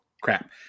crap